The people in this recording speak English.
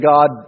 God